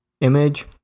image